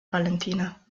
valentina